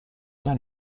alla